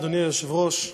אדוני היושב-ראש,